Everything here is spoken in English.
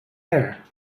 air